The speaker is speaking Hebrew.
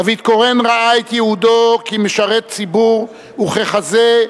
דוד קורן ראה את ייעודו כמשרת ציבור, וככזה,